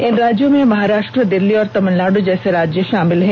इन राज्यों में महाराष्ट्र दिल्ली और तमिलनाड जैसे राज्य शामिल हैं